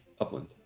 Upland